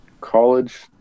college